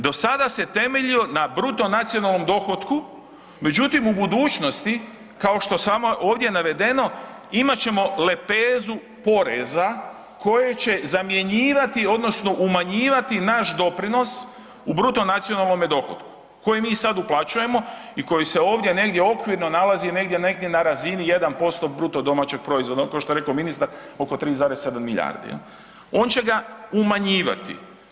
Do sada se temeljio na bruto nacionalnom dohotku, međutim u budućnosti kao što je ovdje navedeno imat ćemo lepezu poreza koje će zamjenjivati odnosno umanjivati naš doprinos u bruto nacionalnom dohotku koji mi sada uplaćujemo i koji se ovdje negdje okvirno nalazi negdje na razini 1% BDP-a kao što je ministar oko 3,7 milijardi on će ga umanjivati.